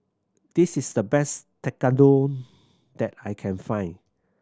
this is the best Tekkadon that I can find